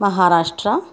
Maharashtra